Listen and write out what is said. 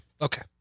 Okay